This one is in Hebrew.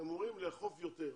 אמורים לאכוף יותר.